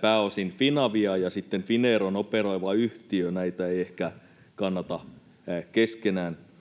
pääosin Finavia ja sitten Finnair on operoiva yhtiö. Näitä ei ehkä kannata keskenään